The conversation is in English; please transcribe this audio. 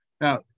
Now